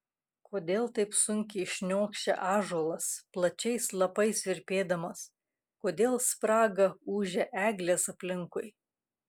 kodėl taip sunkiai šniokščia ąžuolas plačiais lapais virpėdamas kodėl spraga ūžia eglės aplinkui